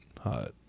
hot